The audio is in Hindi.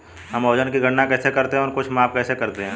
हम वजन की गणना कैसे करते हैं और कुछ माप कैसे करते हैं?